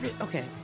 okay